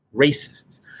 racists